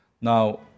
Now